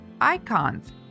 Icons